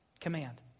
command